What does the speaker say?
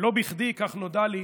ולא בכדי, כך נודע לי,